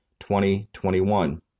2021